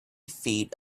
feet